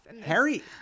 Harry